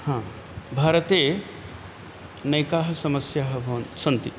हा भारते नैकाः समस्याः भवन् सन्ति